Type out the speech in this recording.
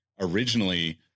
originally